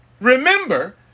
Remember